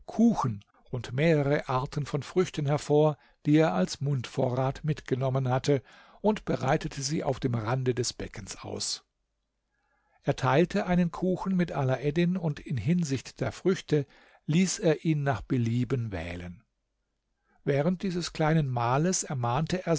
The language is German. kuchen und mehrere arten von früchten hervor die er als mundvorrat mitgenommen hatte und breitete sie auf dem rande des beckens aus er teilte einen kuchen mit alaeddin und in hinsicht der früchte ließ er ihn nach belieben wählen während dieses kleinen mahles ermahnte